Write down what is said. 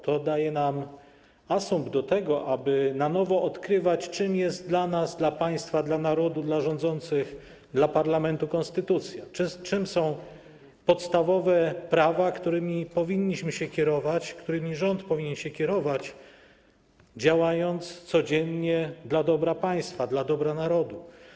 To daje nam asumpt do tego, aby na nowo odkrywać, czym jest dla nas, dla państwa, dla narodu, dla rządzących, dla parlamentu konstytucja, czym są podstawowe prawa, którymi powinniśmy się kierować, którymi rząd powinien się kierować, działając codziennie dla dobra państwa, dla dobra narodu.